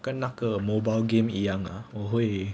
跟那个 mobile game 一样我会